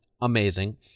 amazing